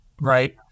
right